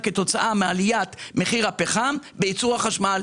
כתוצאה מעליית מחיר הפחם בייצור החשמל.